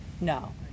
No